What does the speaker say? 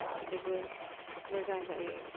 गासिखौबो मोजां जायो